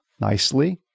nicely